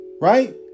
right